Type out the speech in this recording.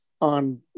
on